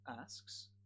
asks